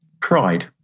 Pride